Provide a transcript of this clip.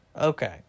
Okay